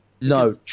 No